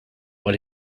what